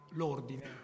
l'ordine